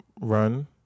run